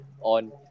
on